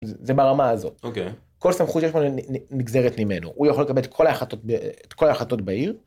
זה ברמה הזאת כל סמכות נגזרת ממנו הוא יכול לקבל את כל החלטות את כל החלטות בעיר.